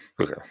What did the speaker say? Okay